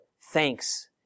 thanks